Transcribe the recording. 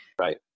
Right